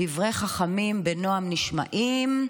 דברי חכמים בנועם נשמעים.